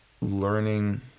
learning